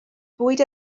bwyd